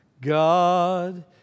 God